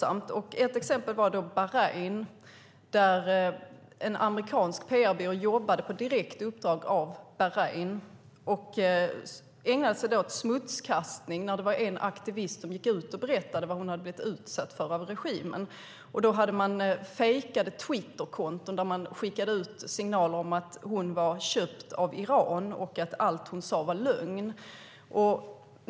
Ett sådant exempel är Bahrain, där en amerikansk PR-byrå jobbade på direkt uppdrag av Bahrain och ägnade sig åt smutskastning. En aktivist hade gått ut och berättat vad hon hade blivit utsatt för av regimen, och då hade man fejkade Twitterkonton där man skickade ut signaler om att hon var köpt av Iran och att allt hon sade var lögn.